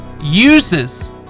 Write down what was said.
uses